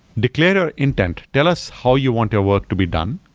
declarer intent, tell us how you want your work to be done.